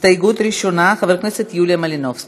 הסתייגות ראשונה, חבר הכנסת יוליה מלינובסקי.